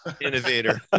Innovator